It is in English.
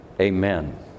amen